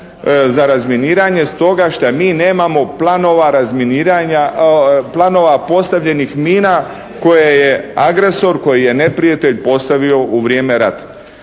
za razminiranje stoga šta mi nemamo planova postavljenih mina koje je agresor, koje je neprijatelj postavio u vrijeme rata.